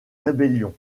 rébellions